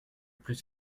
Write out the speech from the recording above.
plus